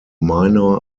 minor